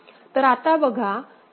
तर आता बघा